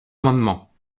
amendement